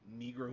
Negro